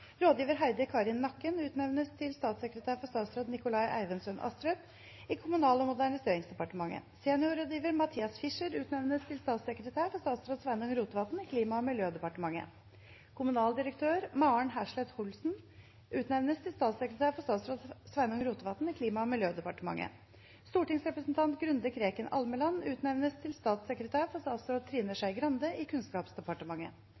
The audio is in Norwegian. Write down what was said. Rådgiver Heidi Karin Nakken utnevnes til statssekretær for statsråd Nikolai Eivindssøn Astrup i Kommunal- og moderniseringsdepartementet. Seniorrådgiver Mathias Fischer utnevnes til statssekretær for statsråd Sveinung Rotevatn i Klima- og miljødepartementet. Kommunaldirektør Maren Hersleth Holsen utnevnes til statssekretær for statsråd Sveinung Rotevatn i Klima- og miljødepartementet. Stortingsrepresentant Grunde Kreken Almeland utnevnes til statssekretær for statsråd Trine